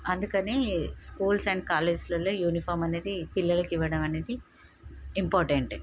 అందుకనే schools and కాలేజెస్లలో uniform అనేది పిల్లలకి ఇవ్వడం అనేది ఇంపార్టెంట్